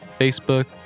Facebook